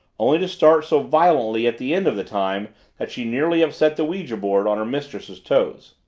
only to start so violently at the end of the time that she nearly upset the ouija-board on her mistress's toes.